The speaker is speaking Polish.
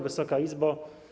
Wysoka Izbo!